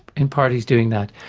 in part he's doing that,